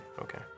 Okay